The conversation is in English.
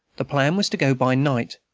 the plan was to go by night,